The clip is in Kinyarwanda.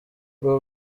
ubu